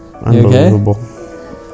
Unbelievable